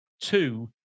two